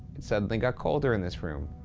it suddenly got colder in this room.